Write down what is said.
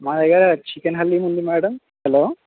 మా దగ్గర చికెన్ హలీముంది మేడం హలో